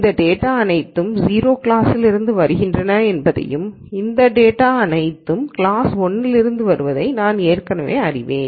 இந்தத் டேட்டாகள் அனைத்தும் 0 கிளாஸ்லிருந்து வருகின்றன என்பதையும் இந்தத் டேட்டாகள் அனைத்தும் கிளாஸ் 1 இலிருந்து வருவதையும் நான் ஏற்கனவே அறிவேன்